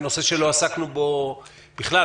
נושא שלא עסקנו בו בכלל.